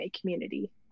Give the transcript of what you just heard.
community